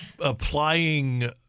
applying